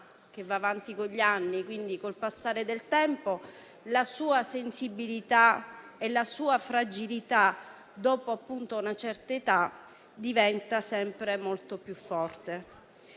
che va avanti con gli anni, e quindi per il passare del tempo, la sua sensibilità e la sua fragilità, dopo una certa età, diventano molto più forti,